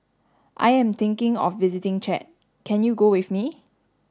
I am thinking of visiting Chad can you go with me